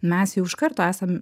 mes jau iš karto esam